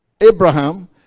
Abraham